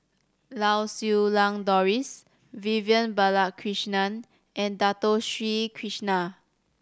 Lau Siew Lang Doris Vivian Balakrishnan and Dato Sri Krishna